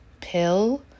pill